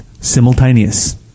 simultaneous